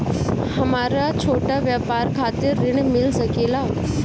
हमरा छोटा व्यापार खातिर ऋण मिल सके ला?